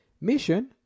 mission